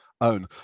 own